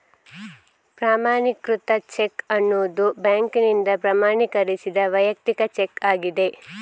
ಪ್ರಮಾಣೀಕೃತ ಚೆಕ್ ಅನ್ನುದು ಬ್ಯಾಂಕಿನಿಂದ ಪ್ರಮಾಣೀಕರಿಸಿದ ವೈಯಕ್ತಿಕ ಚೆಕ್ ಆಗಿದೆ